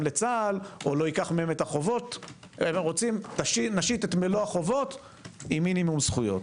לצה"ל או נשית את מלוא החובות עם מינימום זכויות.